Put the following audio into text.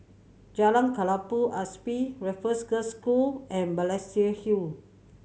Jalan Kelabu Asap Raffles Girls' School and Balestier Hill